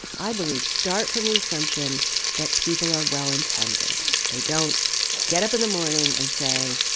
i believe, start from the assumption that people are well intended. they don't get up in the morning and say,